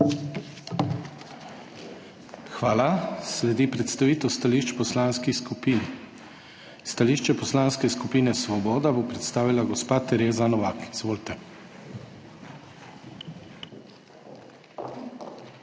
Hvala. Sledi predstavitev stališč poslanskih skupin. Stališče Poslanske skupine Svoboda bo predstavila gospa Tereza Novak. Izvolite.